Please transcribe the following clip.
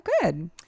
good